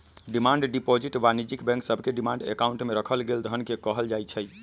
demand deposit वाणिज्यिक bank सभके demand account में राखल गेल धन के कहल जाइ छै